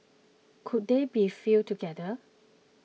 could they be fielded together